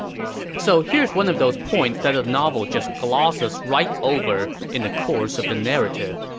so here's one of those points that the novel just glosses right over in the course of the narrative,